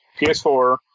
PS4